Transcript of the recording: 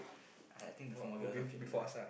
I think before maghrib or some shit like that ah